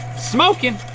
smokin'.